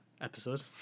episode